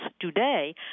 today